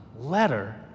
letter